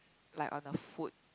like on the foot